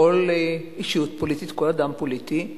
כל אישיות פוליטית, כל אדם פוליטי,